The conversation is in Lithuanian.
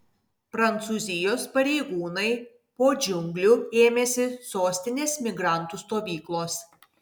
prancūzijos pareigūnai po džiunglių ėmėsi sostinės migrantų stovyklos